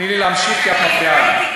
תני לי להמשיך, כי את מפריעה לי.